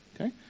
Okay